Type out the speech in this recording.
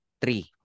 three